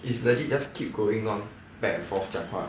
it's legit just keep going on back and forth 讲话